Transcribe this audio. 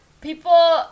People